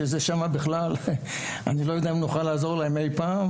ששם בכלל אני לא יודע אם נוכל לעזור להם אי פעם,